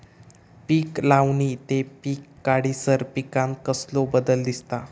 पीक लावणी ते पीक काढीसर पिकांत कसलो बदल दिसता?